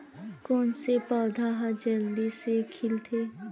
कोन से पौधा ह जल्दी से खिलथे?